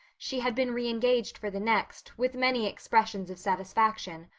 she had been reengaged for the next, with many expressions of satisfaction.